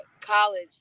college